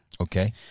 Okay